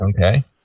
Okay